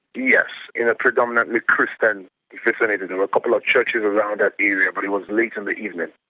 yes in a predominantly christian vicinity, there were a couple of churches around that area but it was late in the evening.